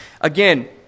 again